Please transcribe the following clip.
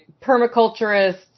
permaculturists